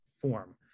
form